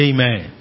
Amen